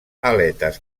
aletes